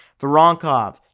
Voronkov